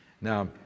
Now